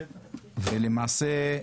ולמעשה,